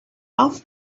off